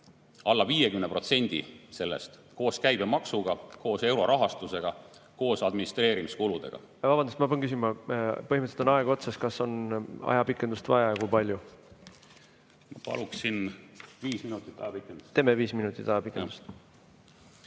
alla 50% sellest, koos käibemaksuga, koos eurorahastusega, koos administreerimiskuludega. Vabandust! Ma pean küsima. Põhimõtteliselt on aeg otsas. Kas on ajapikendust vaja ja kui palju? Paluksin viis minutit ajapikendust. Teeme viis minutit ajapikendust.